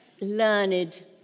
learned